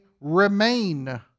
remain